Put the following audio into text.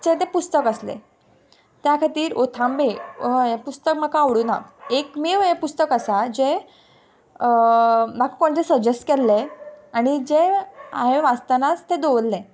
चें तें पुस्तक आसलें त्या खातीर ओथांबे हें पुस्तक म्हाका आवडूं ना एक मे पुस्तक आसा जें म्हाका कोण तरी सजॅस केल्लें आनी जें हांवें वाचतानाच तें दोवरलें